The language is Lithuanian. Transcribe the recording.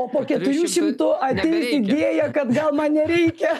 o po keturių šimtų ateis idėja kad gal man nereikia